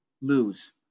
lose